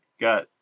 got